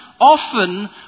often